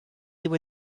would